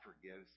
forgives